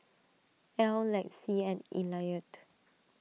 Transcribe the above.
Ell Lexi and Eliot